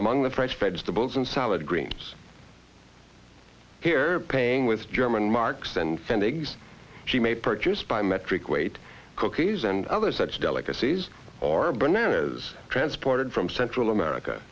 among the fresh vegetables and salad greens here paying with german marks and pfennigs she made purchased by metric weight cookies and other such delicacies are bananas transported from central america